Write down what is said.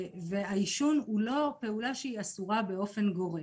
העישון הוא לא פעולה אסורה באופן גורף.